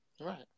right